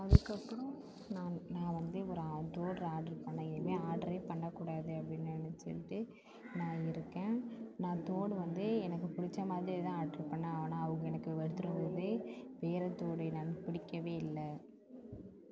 அதுக்கு அப்புறம் நான் நான் வந்து ஒரு தோடு ஆட்ரு பண்ணேன் இனிமே ஆட்ரே பண்ண கூடாது அப்படினு நினச்சிட்டு நான் இருக்கேன் நான் தோடு வந்து எனக்கு பிடிச்ச மாதிரியே தான் ஆட்ரு பண்ணேன் ஆனால் அவங்க எனக்கு எடுத்துட்டு வந்தது வேறே தோடு எனக்கு பிடிக்கவே இல்லை